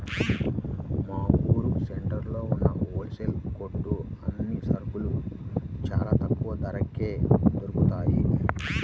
మా ఊరు సెంటర్లో ఉన్న హోల్ సేల్ కొట్లో అన్ని సరుకులూ చానా తక్కువ ధరకే దొరుకుతయ్